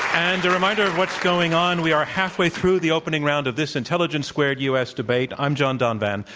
and reminder of what's going on. we are halfway through the opening round of this intelligence squared u. s. debate. i'm john donvan.